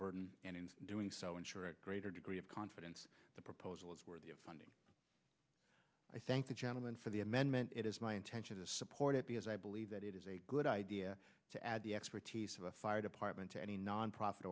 burden and in doing so ensure greater degree of confidence the proposal is worthy of funding i thank the gentleman for the amendment it is my intention to support it because i believe that it is a good idea to add the expertise of the fire department to any nonprofit